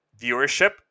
viewership